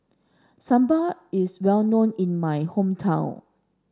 Sambal is well known in my hometown